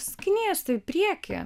skinies tu į priekį